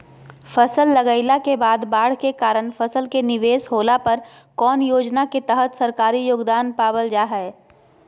फसल लगाईला के बाद बाढ़ के कारण फसल के निवेस होला पर कौन योजना के तहत सरकारी योगदान पाबल जा हय?